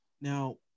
Now